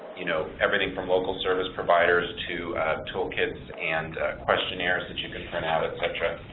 you know, everything from local service providers to tool kits and questionnaires that you can send out, et cetera.